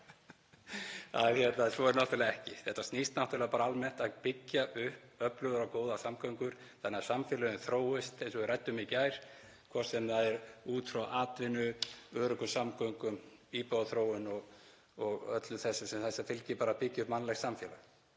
brosir þingmaðurinn. Svo er náttúrlega ekki. Þetta snýst náttúrlega bara almennt um að byggja upp öflugar og góðar samgöngur þannig að samfélagið þróist eins og við ræddum í gær, hvort sem það er út frá atvinnu, öruggum samgöngum, íbúaþróun og öllu því sem þessu fylgir að byggja upp mannlegt samfélag.